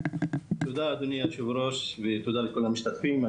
תודה אדוני היושב ראש ותודה לכל המשתתפים.